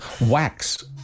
wax